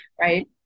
right